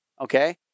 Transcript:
Okay